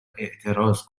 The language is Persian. اعتراض